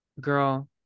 girl